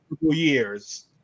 years